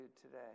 today